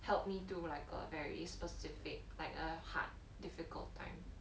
help me through like a very specific like a hard difficult time